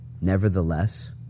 nevertheless